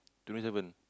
twenty seven